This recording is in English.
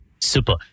Super